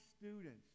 students